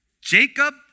Jacob